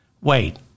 Wait